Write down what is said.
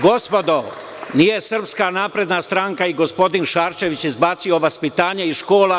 Gospodo, nije Srpska napredna stranka i gospodin Šarčević izbacio vaspitanje iz škola.